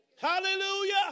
Hallelujah